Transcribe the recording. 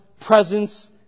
presence